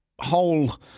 whole